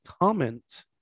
comment